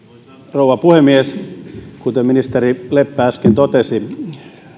rouva puhemies kuten ministeri leppä äsken totesi